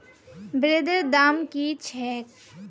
ब्रेदेर दाम की छेक